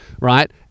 Right